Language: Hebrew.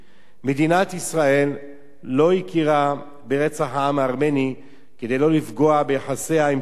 מדינת ישראל לא הכירה ברצח העם הארמני כדי לא לפגוע ביחסיה עם טורקיה.